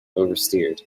oversteered